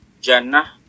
Jannah